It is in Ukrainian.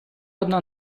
одна